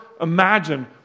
imagine